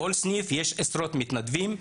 בכל סניף יש עשרות מתנדבים.